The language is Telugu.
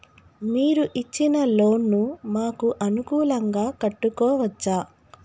మీరు ఇచ్చిన లోన్ ను మాకు అనుకూలంగా కట్టుకోవచ్చా?